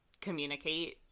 communicate